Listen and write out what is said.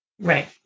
Right